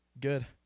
Good